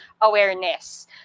awareness